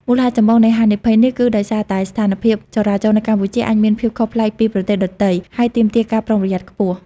មូលហេតុចម្បងនៃហានិភ័យនេះគឺដោយសារតែ ស្ថានភាពចរាចរណ៍នៅកម្ពុជា អាចមានភាពខុសប្លែកពីប្រទេសដទៃ ហើយទាមទារការប្រុងប្រយ័ត្នខ្ពស់។